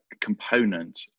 component